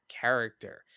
character